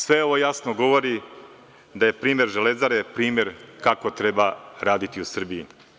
Sve ovo jasno govori da je primer „Železare“ primer kako treba raditi u Srbiji.